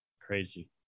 Crazy